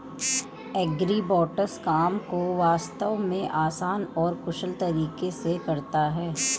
agribots काम को वास्तव में आसान और कुशल तरीके से करता है